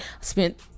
spent